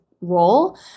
role